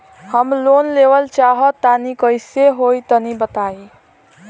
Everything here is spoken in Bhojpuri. हम लोन लेवल चाहऽ तनि कइसे होई तनि बताई?